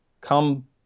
Come